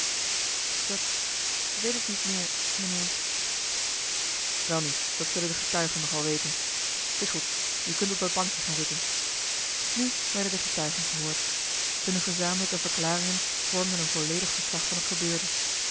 dat weet ik niet meer mijnheer welnu dat zullen de getuigen nog wel weten t is goed je kunt op dat bankje gaan zitten nu werden de getuigen gehoord hunne gezamenlijke verklaringen vormden een volledig verslag van het gebeurde